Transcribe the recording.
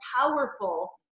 powerful